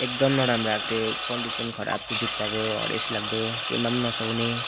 एकदम नराम्रो आएको कन्डिसन खराब थियो जुत्ताको हरेस लाग्दो केहीमा पनि नसुहाउने